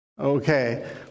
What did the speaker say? Okay